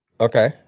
Okay